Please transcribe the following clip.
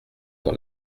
dans